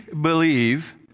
believe